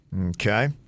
Okay